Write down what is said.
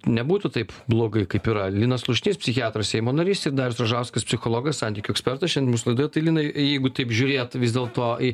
nebūtų taip blogai kaip yra linas slušnys psichiatras seimo narys ir darius ražauskas psichologas santykių ekspertas šiandien mūsų laidoje tai linai jeigu taip žiūrėt vis dėlto į